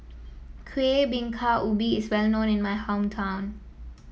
Kueh Bingka Ubi is well known in my hometown